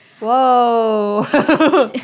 Whoa